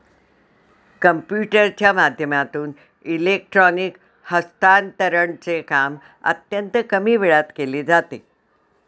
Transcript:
कम्प्युटरच्या माध्यमातून इलेक्ट्रॉनिक हस्तांतरणचे काम अत्यंत कमी वेळात केले जाते